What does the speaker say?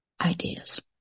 ideas